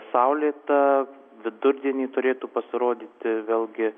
saulėta vidurdienį turėtų pasirodyti vėlgi